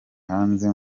hanze